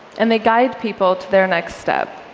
and they guide people to their next step.